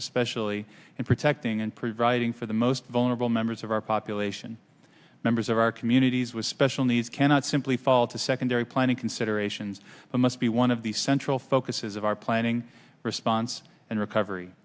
especially in protecting and providing for the most vulnerable members of our population members of our communities with special needs cannot simply fall to secondary planning considerations must be one of the central focuses of our planning response and recovery